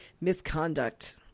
misconduct